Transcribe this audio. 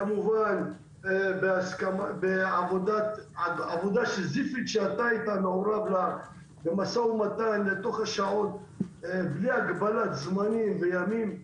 כמובן בעבודה סיזיפית שהיית מעורב בה במשא ומתן בלי הגבלת זמנים וימים.